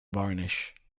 varnish